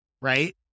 Right